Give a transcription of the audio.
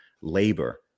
labor